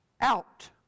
out